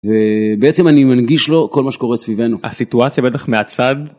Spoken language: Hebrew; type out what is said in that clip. ובעצם אני מנגיש לו כל מה שקורה סביבנו. הסיטואציה בדרך מהצד.